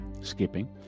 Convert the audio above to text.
skipping